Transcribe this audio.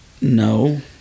no